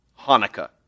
Hanukkah